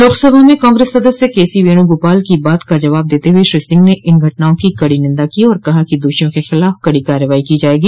लोकसभा में कांग्रेस सदस्य केसी वेणुगोपाल की बात का जवाब देते हुए श्री सिंह ने इन घटनाओं की कड़ी निंदा की और कहा कि दोषियों के खिलाफ कड़ी कार्रवाई की जाएगी